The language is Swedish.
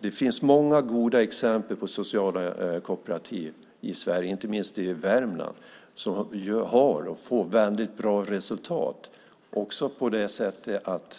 Det finns många goda exempel på sociala kooperativ i Sverige, inte minst i Värmland, som uppvisar väldigt bra resultat också genom att